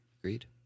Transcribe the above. Agreed